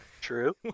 True